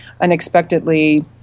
unexpectedly